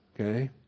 Okay